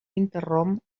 interromp